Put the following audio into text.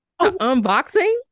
Unboxing